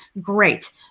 Great